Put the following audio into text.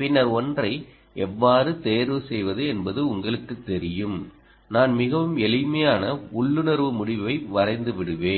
பின்னர் ஒன்றை எவ்வாறு தேர்வு செய்வது என்பது உங்களுக்குத் தெரியும் நான் மிகவும் எளிமையான உள்ளுணர்வு முடிவை வரைந்து விடுவேன்